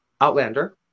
Outlander